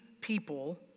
people